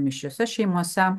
mišriose šeimose